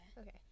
Okay